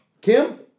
Kim